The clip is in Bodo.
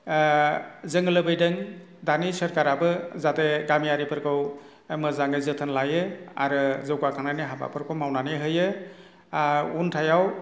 जोङो लुबैदों दानि सोरखाराबो जाहाथे गामियारिफोरखौ मोजाङै जोथोन लायो आरो जौगाखांनायनि हाबाफोरखौ मावनानै होयो आरो उनथायाव